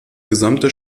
gesamte